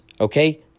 Okay